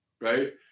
right